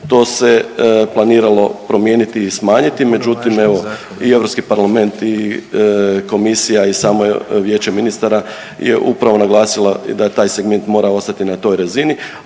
To se planiralo promijeniti i smanjiti, međutim evo i Europski parlament i Komisija i samo Vijeće ministara je upravo naglasila da taj segment mora ostati na toj razini,